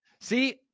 See